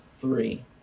Three